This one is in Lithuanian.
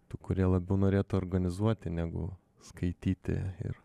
tų kurie labiau norėtų organizuoti negu skaityti ir